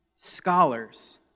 Scholars